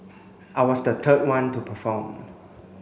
I was the third one to perform